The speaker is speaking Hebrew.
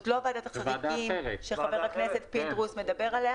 זאת לא ועדת החריגים שחבר הכנסת פינדרוס מדבר עליה.